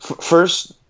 first